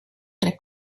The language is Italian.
tre